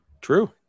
True